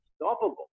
unstoppable